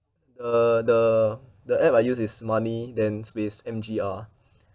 uh the the app I use is money then space M_G_R